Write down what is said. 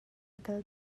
kal